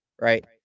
right